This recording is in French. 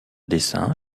dessins